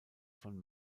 von